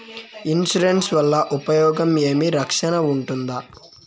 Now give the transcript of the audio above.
Insurance వల్ల ఉపయోగం ఏమి? రక్షణ ఉంటుందా?